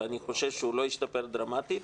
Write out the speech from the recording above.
ואני חושב שהוא לא ישתפר דרמטית,